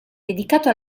dedicato